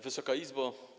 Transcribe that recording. Wysoka Izbo!